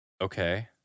Okay